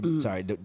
sorry